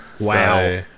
wow